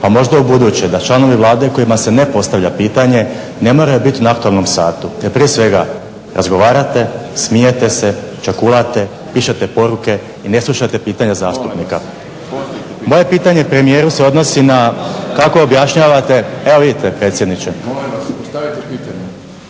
pa možda ubuduće da članovi Vlade kojima se ne postavlja pitanje ne moraju biti na aktualnom satu jer prije svega razgovarate, smijete se, ćakulate, pišete poruke i ne slušate pitanja zastupnika. **Šprem, Boris (SDP)** Molim vas postavite pitanje.